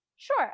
Sure